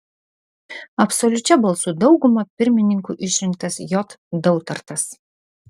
absoliučia balsų dauguma pirmininku išrinktas j dautartas